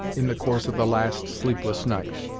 in the course of the last sleepless night.